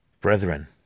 Brethren